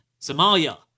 Somalia